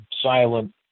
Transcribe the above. silent